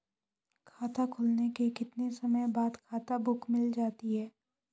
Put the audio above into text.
खाता खुलने के कितने समय बाद खाता बुक मिल जाती है?